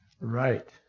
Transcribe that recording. Right